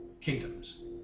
kingdoms